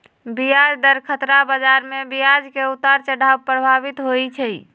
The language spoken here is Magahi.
ब्याज दर खतरा बजार में ब्याज के उतार चढ़ाव प्रभावित होइ छइ